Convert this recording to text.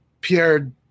Pierre